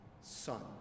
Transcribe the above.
son